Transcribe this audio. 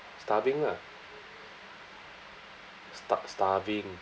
starving lah star~ starving